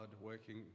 working